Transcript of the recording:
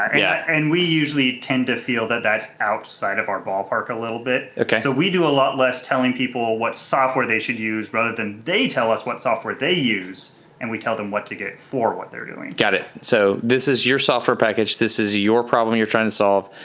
yeah, and we usually tend to feel that that's outside of our ballpark a little bit. so ah kind of we do a lot less telling people what software they should use rather than they tell us what software they use and we tell them what to get for what they're doing. got it. so this is your software package, this is your problem you're trying to solve,